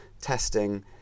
testing